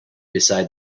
beside